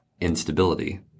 instability